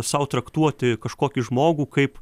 sau traktuoti kažkokį žmogų kaip